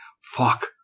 fuck